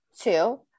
two